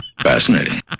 Fascinating